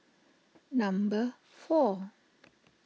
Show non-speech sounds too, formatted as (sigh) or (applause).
(noise) number four